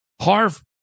Harv